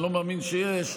אני לא מאמין שיש,